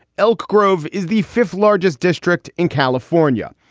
elk grove is the fifth largest district in california.